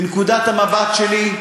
מנקודת המבט שלי,